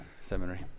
seminary